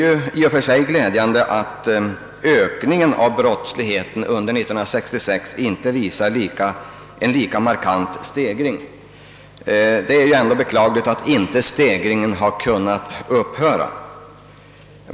I och för sig är det glädjande att ökningen av brottsligheten under 1966 inte visar en lika markant stegring som tidigare. Det är ändå beklagligt att inte stegringen har kunnat upphöra.